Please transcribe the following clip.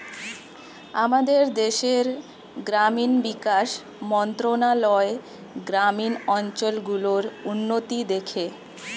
আমাদের দেশের গ্রামীণ বিকাশ মন্ত্রণালয় গ্রামীণ অঞ্চল গুলোর উন্নতি দেখে